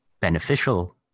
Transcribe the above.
beneficial